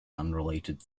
unrelated